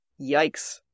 Yikes